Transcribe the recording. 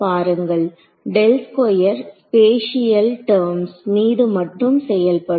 பாருங்கள் spatial terms மீது மட்டும் செயல்படும்